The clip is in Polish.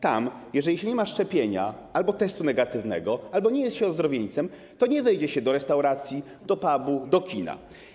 Tam, jeżeli się nie ma szczepienia albo negatywnego testu albo nie jest się ozdrowieńcem, nie wejdzie się do restauracji, do pubu, do kina.